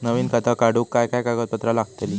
नवीन खाता काढूक काय काय कागदपत्रा लागतली?